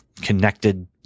connected